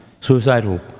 suicidal